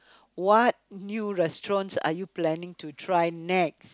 what new restaurant are you planning to try next